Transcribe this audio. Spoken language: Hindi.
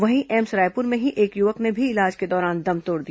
वहीं एम्स रायपुर में ही एक युवक ने भी इलाज के दौरान दम तोड़ दिया